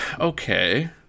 Okay